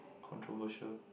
controversial